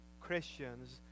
Christians